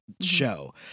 show